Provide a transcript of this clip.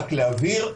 רק להבהיר.